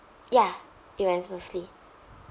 ya it went smoothly